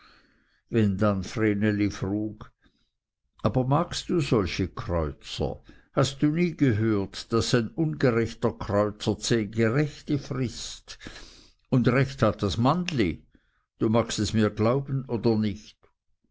wenn dann vreneli frug aber magst du solche kreuzer hast du nie gehört daß ein ungerechter kreuzer zehn gerechte frißt und recht hat das mannli du magst es mir glauben oder nicht